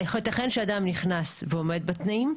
ייתכן שאדם נכנס והוא עומד בתנאים,